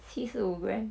七十五 gram